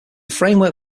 framework